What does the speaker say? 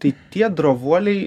tai tie drovuoliai